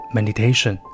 Meditation